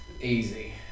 easy